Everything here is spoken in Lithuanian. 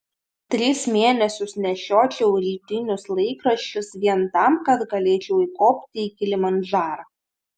tris mėnesius nešiočiau rytinius laikraščius vien tam kad galėčiau įkopti į kilimandžarą